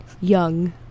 young